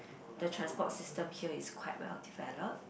the transport system here is quite well developed